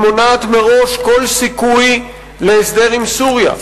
היא מונעת מראש כל סיכוי להסדר עם סוריה,